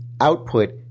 output